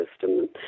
system